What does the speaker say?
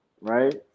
right